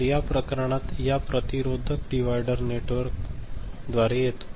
तर या प्रकरणात या प्रतिरोधक डीवयडर नेटवर्कद्वारे येतो